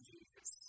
Jesus